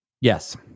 Yes